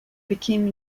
became